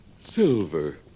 Silver